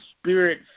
spirit